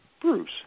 Bruce